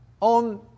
on